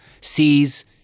sees